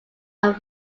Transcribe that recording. are